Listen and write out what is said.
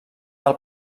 del